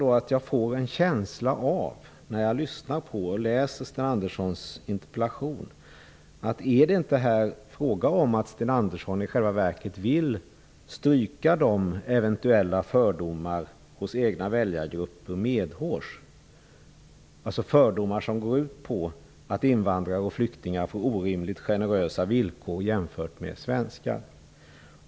Efter att ha lyssnat till Sten Andersson och efter att ha läst hans interpellation får jag en känsla av att det är fråga om att Sten Andersson i själva verket vill stryka egna väljargrupper medhårs. Jag menar de väljargrupper som eventuellt har fördomar som går ut på att invandrare och flyktingar får orimligt generösa villkor jämfört med svenskar.